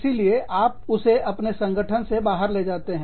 इसीलिए आप उसे अपने संगठन से बाहर ले जाते हैं